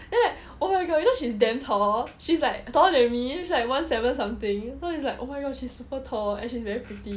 then right oh my god you know she's damn tall she's like taller than me she's like one seven something so it's like oh my god she's super tall and she's very pretty